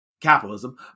capitalism